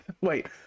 wait